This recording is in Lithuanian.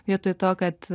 vietoj to kad